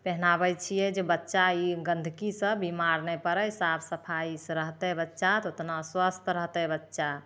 पहिनाबय छियै जे बच्चा ई गन्दगीसँ बीमार नहि पड़य साफ सफाइसँ रहतइ बच्चा तऽ ओतना स्वस्थ रहतइ बच्चा